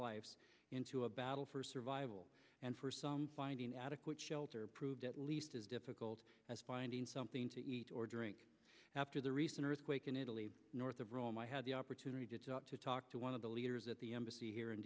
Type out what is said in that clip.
lives into a battle for survival and for some finding adequate shelter proved at least as difficult as finding something to eat or drink after the recent earthquake in italy north of rome i had the opportunity to talk to one of the leaders at the embassy here in